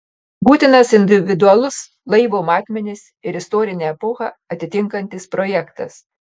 būtinas individualus laivo matmenis ir istorinę epochą atitinkantis projektas